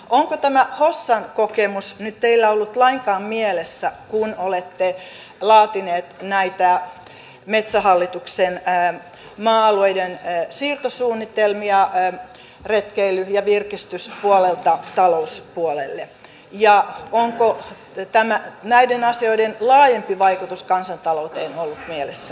onko tämä hossan kokemus nyt teillä ollut lainkaan mielessä kun olette laatineet näitä metsähallituksen maa alueiden siirtosuunnitelmia retkeily ja virkistyspuolelta talouspuolelle ja onko näiden asioiden laajempi vaikutus kansantalouteen ollut mielessä